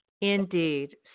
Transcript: Indeed